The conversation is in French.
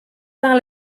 par